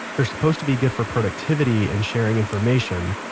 they're suppose to be good for productivity and sharing information.